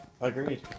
Agreed